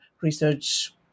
research